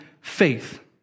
faith